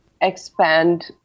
expand